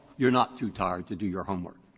you're not too tired to do your homework.